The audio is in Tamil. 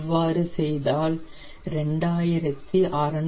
இவ்வாறு செய்தால் 2650 ஆர்